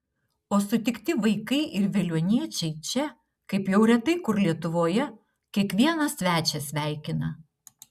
o sutikti vaikai ir veliuoniečiai čia kaip jau retai kur lietuvoje kiekvieną svečią sveikina